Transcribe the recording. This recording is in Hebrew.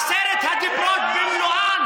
עשרת הדיברות במלואם,